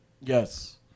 Yes